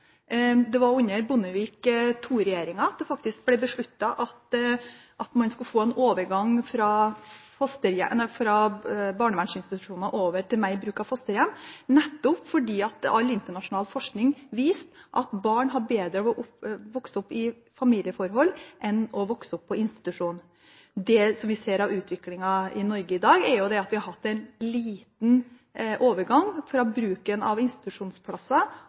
Det var faktisk under Bondevik II-regjeringen at det ble besluttet at man skulle få en overgang fra barnevernsinstitusjoner til mer bruk av fosterhjem nettopp fordi all internasjonal forskning viser at barn har bedre av å vokse opp i familieforhold enn å vokse opp på institusjon. Det vi ser av utviklingen i Norge i dag, er at vi har hatt en liten overgang fra bruken av institusjonsplasser